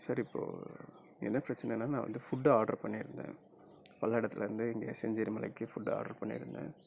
sir இப்போ என்ன பிரெச்சனைனா நான் வந்து ஃபுட்டு ஆடரு பண்ணியிருந்தன் பல்லடத்திலருந்து இங்கே செஞ்சேரிமலைக்கு ஃபுட்டு ஆடரு பண்ணியிருந்தன்